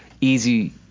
easy